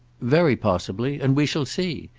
very possibly and we shall see.